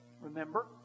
remember